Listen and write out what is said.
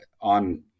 on